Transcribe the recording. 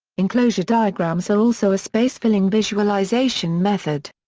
enclosure diagrams are also a space-filling visualization method.